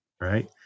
Right